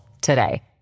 today